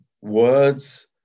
words